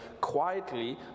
quietly